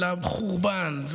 לחורבן,